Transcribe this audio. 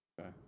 Okay